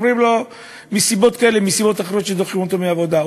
אומרים לו מסיבות כאלה או אחרות דוחים אותו מהעבודה.